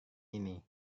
ini